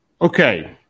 Okay